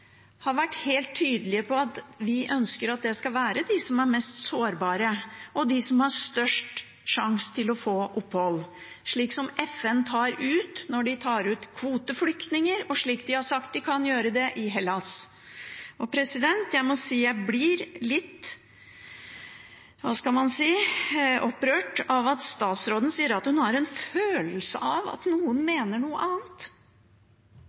har vært helt tydelige på at vi ønsker at det skal være de som er mest sårbare, og de som har størst sjanse til å få opphold, slik FN gjør når de tar ut kvoteflyktninger, og slik de har sagt de kan gjøre det i Hellas. Jeg må si jeg blir litt opprørt av at statsråden sier hun har en følelse av at noen mener noe annet.